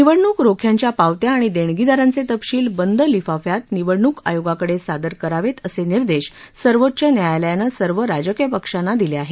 निवडणूक रोख्यांच्या पावत्या आणि देणगीदारांचे तपशील बंद लिफाफ्यात निवडणूक आयोगाकडे सादर करावेत असे निर्देश सर्वोच्च न्यायालयाने सर्व राजकीय पक्षांना दिले आहेत